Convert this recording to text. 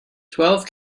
twelve